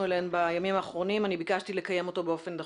אליהן בימים האחרונים אני ביקשתי לקיים אותו באופן דחוף.